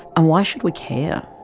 and why should we care?